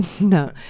No